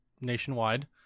nationwide